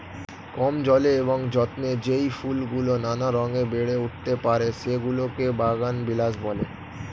কম জলে এবং যত্নে যেই ফুলগুলো নানা রঙে বেড়ে উঠতে পারে, সেগুলোকে বাগানবিলাস বলে